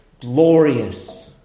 glorious